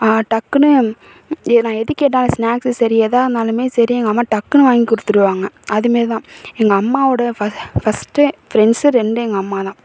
டக்குன்னு இது நான் எது கேட்டாலும் ஸ்நாக்ஸும் சரி எதாக இருந்தாலுமே சரி எங்கள் அம்மா டக்குன்னு வாங்கி கொடுத்துருவாங்க அது மாரி தான் எங்கள் அம்மாவோடு ஃப ஃபஸ்ட்டு ஃப்ரெண்ட்ஸு ரெண்டு எங்கள் அம்மா தான்